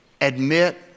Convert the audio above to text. Admit